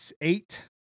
eight